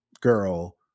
girl